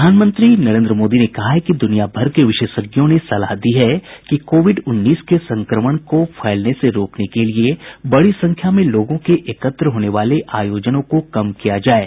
प्रधानमंत्री नरेन्द्र मोदी ने कहा है कि दुनिया भर के विशेषज्ञों ने सलाह दी है कि कोविड उन्नीस के संक्रमण को फैलने से रोकने के लिए बड़ी संख्या में लोगों के एकत्र होने वाले आयोजनों को कम किया जाये